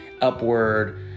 upward